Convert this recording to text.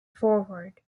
forward